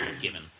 given